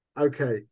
Okay